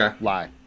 lie